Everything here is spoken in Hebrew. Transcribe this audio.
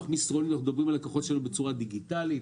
אנחנו מדברים עם הלקוחות שלנו בצורה דיגיטלית,